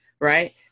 right